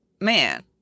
man